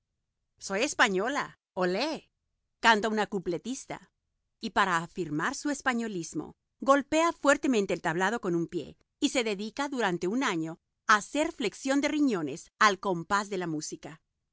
soy española olé canta una cupletista y para afirmar su españolismo golpea fuertemente el tablado con un pie y se dedica durante un año a hacer flexión de riñones al compás de la música